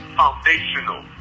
foundational